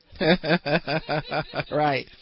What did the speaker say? Right